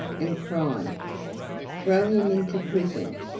and cried throw him into prison.